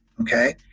Okay